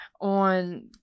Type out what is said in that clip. on